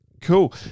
Cool